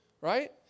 Right